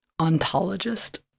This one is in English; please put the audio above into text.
ontologist